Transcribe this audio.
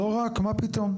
לא רק, מה פתאום.